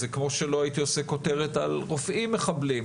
זה כמו שלא הייתי עושה כותרת על רופאים מחבלים,